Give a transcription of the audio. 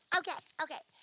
okay okay.